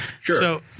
Sure